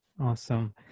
Awesome